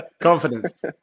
Confidence